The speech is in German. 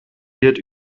wird